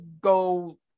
go